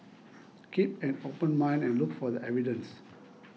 keep an open mind and look for the evidence